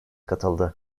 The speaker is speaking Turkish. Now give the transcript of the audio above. katıldı